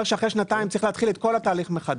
שאחרי שנתיים צריך להתחיל את כל התהליך מחדש.